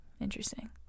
Interesting